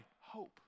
hope